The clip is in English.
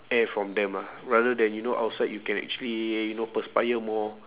air from them ah rather than you know outside you can actually you know perspire more